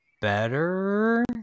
better